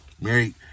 Mary